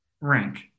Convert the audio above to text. Rank